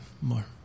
more